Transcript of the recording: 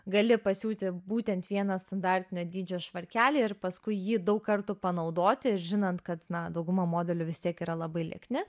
gali pasiūti būtent vieną standartinio dydžio švarkelį ir paskui jį daug kartų panaudoti žinant kad na dauguma modelių vis tiek yra labai liekni